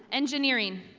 engineering.